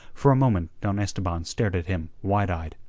for a moment don esteban stared at him wide-eyed,